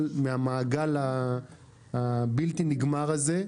מהמעגל הבלתי-נגמר הזה,